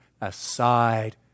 aside